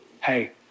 Hey